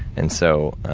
and, so,